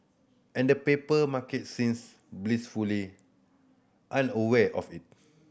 and the paper market seems blissfully unaware of it